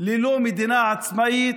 ללא מדינה עצמאית?